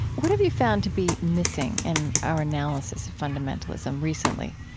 what have you found to be missing in our analysis of fundamentalism recently?